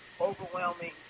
overwhelming